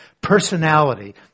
Personality